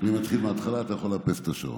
אני מתחיל מההתחלה, אתה יכול לאפס את השעון.